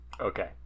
Okay